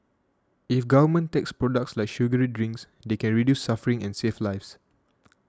if governments tax products like sugary drinks they can reduce suffering and save lives